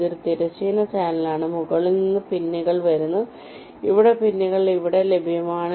ഇത് ഒരു തിരശ്ചീന ചാനലാണ് മുകളിൽ നിന്ന് പിന്നുകൾ വരുന്നു ഇവിടെ പിന്നുകൾ ഇവിടെ ലഭ്യമാണ്